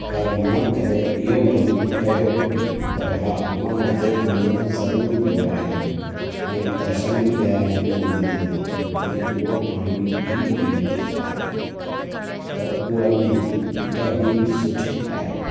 पर मां कॾहिं इहो कमु कयो कोन्हे पर हा मां उते घुमणु ज़रूरु वियो आहियां ऐं दर्शन बि कया आहिनि मंदर जा ऐं उहो पाणी बि पी ॾिठो आहे त उहा नदी ॾाढी सुठी आहे